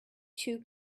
too